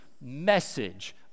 message